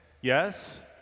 Yes